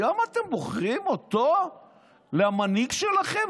היום אתם בוחרים אותו למנהיג שלכם?